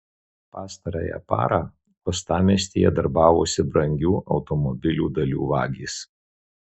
pastarąją parą uostamiestyje darbavosi brangių automobilių dalių vagys